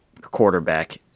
quarterback